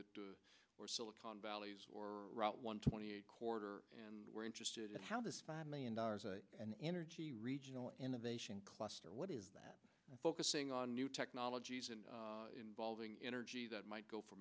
that or silicon valley or route one twenty eight corridor and we're interested in how this five million dollars and energy regional innovation cluster what is that focusing on new technologies and involving energy that might go f